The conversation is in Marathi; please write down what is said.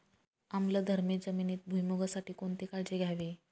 आम्लधर्मी जमिनीत भुईमूगासाठी कोणती काळजी घ्यावी?